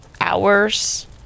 hours